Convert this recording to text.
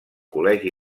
col·legi